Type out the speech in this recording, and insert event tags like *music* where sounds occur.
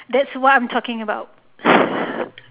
that's what I'm talking about *laughs*